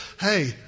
Hey